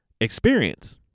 experience